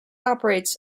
operates